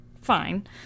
fine